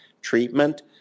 treatment